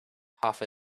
half